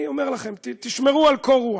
אני אומר לכם: תשמרו על קור רוח.